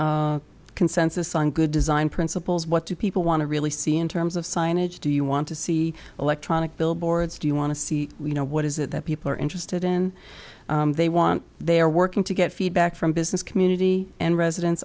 about consensus on good design principles what do people want to really see in terms of signage do you want to see electronic billboards do you want to see you know what is it that people are interested in they want they are working to get feedback from business community and residents